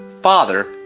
father